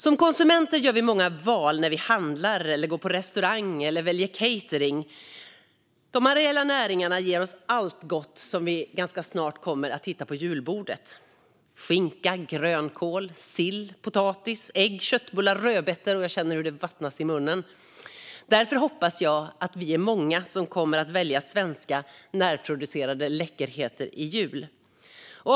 Som konsumenter gör vi många val när vi handlar, går på restaurang eller väljer catering. De areella näringarna ger oss allt gott som vi snart hittar på julbordet: skinka, grönkål, sill, potatis, ägg, köttbullar och rödbetor. Jag känner hur det vattnas i munnen. Därför hoppas jag att vi är många som kommer att välja svenska, närproducerade läckerheter i jul.